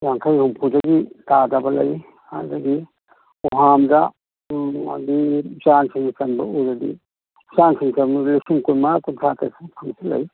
ꯌꯥꯡꯈꯩ ꯍꯨꯝꯐꯨꯗꯒꯤ ꯇꯥꯗꯕ ꯂꯩ ꯑꯗꯒꯤ ꯎꯍꯥꯝꯗ ꯍꯥꯏꯗꯤ ꯎꯆꯥꯟꯁꯤꯡꯅ ꯆꯟꯕ ꯎꯗꯗꯤ ꯎꯆꯥꯟꯁꯤꯡ ꯆꯟꯕꯗꯗꯤ ꯂꯤꯁꯤꯡ ꯀꯨꯟꯃꯉꯥ ꯀꯨꯟꯊ꯭ꯔꯥ ꯐꯪꯕꯁꯨ ꯂꯩ